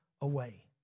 away